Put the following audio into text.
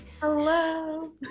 Hello